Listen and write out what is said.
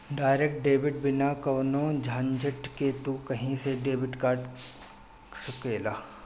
direct debit बिना कवनो झंझट के तू कही से डेबिट कर सकेला